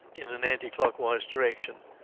in an anti-clockwise direction.